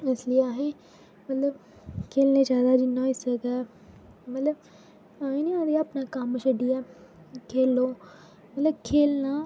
इस लेई अहें मतलब खेल्लना चाहि्दा जि'न्ना होई सकै मतलब अहें ना अहें ई अपना कम्म छड्डियै खेलो मतलब खेल्लना